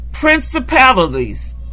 principalities